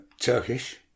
Turkish